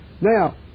Now